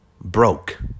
broke